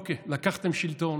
אוקיי, לקחתם שלטון,